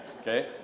Okay